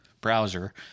browser